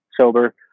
sober